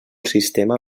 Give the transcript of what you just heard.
sistema